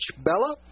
Bella